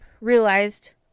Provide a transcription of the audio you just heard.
realized